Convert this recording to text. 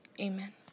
Amen